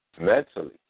mentally